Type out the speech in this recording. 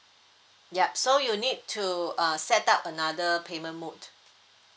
yup so you need to uh set up another payment mode